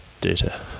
data